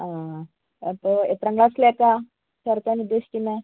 ആ അപ്പോൾ എത്രാം ക്ലാസ്സിലേക്കാണ് ചേർക്കാൻ ഉദ്ദേശിക്കുന്നത്